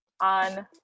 on